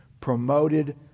promoted